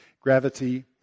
gravity